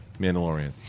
Mandalorian